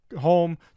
home